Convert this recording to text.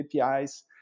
APIs